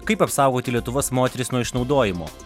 kaip apsaugoti lietuvos moteris nuo išnaudojimo